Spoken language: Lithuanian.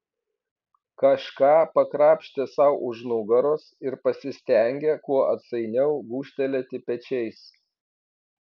kažką pakrapštė sau už nugaros ir pasistengė kuo atsainiau gūžtelėti pečiais